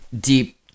deep